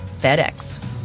FedEx